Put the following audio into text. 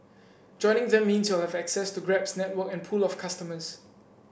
joining them means you'll have access to Grab's network and pool of customers